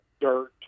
dirt